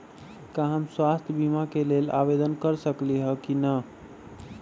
का हम स्वास्थ्य बीमा के लेल आवेदन कर सकली ह की न?